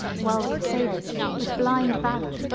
while the crusaders, with blind valor,